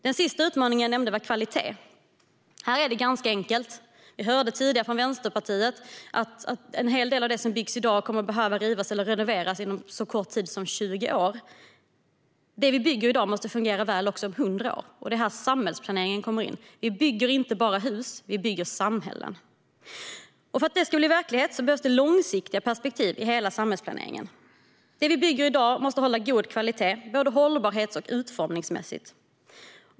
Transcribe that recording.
Den sista utmaningen som jag nämnde var kvalitet. Här är det ganska enkelt. Vi hörde tidigare från Vänsterpartiet att en hel del av det som byggs i dag kommer att behöva rivas eller renoveras inom så kort tid som 20 år. Det vi bygger i dag måste fungera väl också om 100 år. Det är här samhällsplaneringen kommer in. Vi bygger inte bara hus. Vi bygger samhällen. För att det ska bli verklighet behövs det långsiktiga perspektiv i hela samhällsplaneringen. Det vi bygger i dag behöver hålla god kvalitet både hållbarhets och utformningsmässigt.